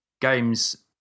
games